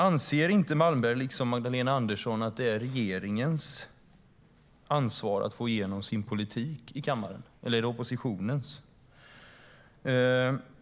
Anser inte Malmberg liksom Magdalena Andersson att det är regeringens ansvar att få igenom sin politik i kammaren, eller är det oppositionens?